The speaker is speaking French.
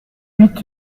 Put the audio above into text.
huit